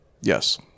Yes